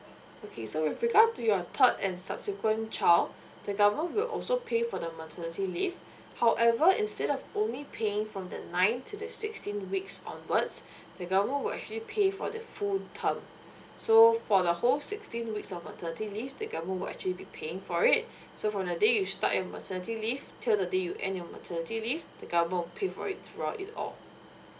okay so with regards to your thought and subsequent child the government will also pay for the maternity leave however instead of only paying from the nine to the sixteen weeks onwards the government will actually pay for the full term so for the whole sixteen weeks of maternity leave the government will actually be paying for it so from the day you start your maternity leave til the day you end your maternity leave the government will pay for it throughout it all